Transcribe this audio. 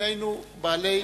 שנינו בעלי,